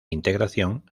integración